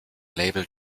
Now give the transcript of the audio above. label